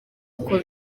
uko